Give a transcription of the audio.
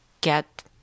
get